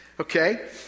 Okay